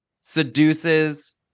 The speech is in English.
Seduces